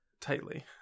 tightly